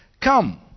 Come